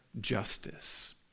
justice